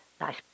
nice